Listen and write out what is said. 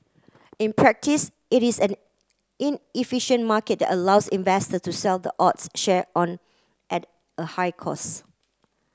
in practice it is an inefficient market allows investor to sell the odds share on at a high cost